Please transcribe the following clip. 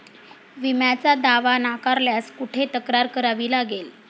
विम्याचा दावा नाकारल्यास कुठे तक्रार करावी लागेल?